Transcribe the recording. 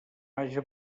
haja